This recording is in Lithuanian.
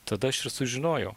tada aš ir sužinojau